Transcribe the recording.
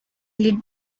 lit